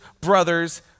brothers